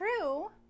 true